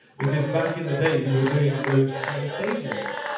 because back in the day, we were doing those kind of stages.